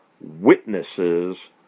witnesses